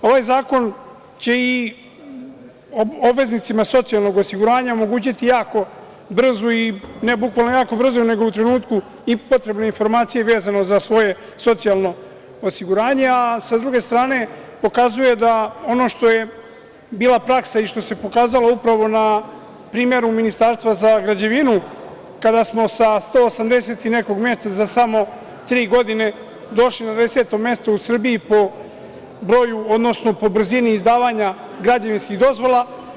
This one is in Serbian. Ovaj zakon će i obveznicima socijalnog osiguranja omogućiti jako brzu, ne bukvalno jako brzu, nego u trenutku i potrebnu informaciju vezano za svoje socijalno osiguranje, a sa druge strane pokazuje da ono što je bila praksa i što se pokazala upravo na primeru Ministarstva za građevinu kada smo sa 180 nekog mesta za samo tri godine došli na deseto mesto u Srbiji po broju, odnosno po brzini izdavanja građevinskih dozvola.